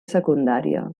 secundària